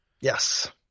Yes